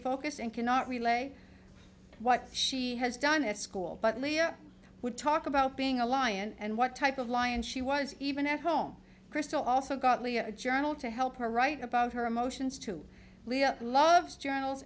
focused and cannot relay what she has done at school but leah would talk about being a lion and what type of lion she was even at home kristol also got a journal to help her write about her emotions to love journals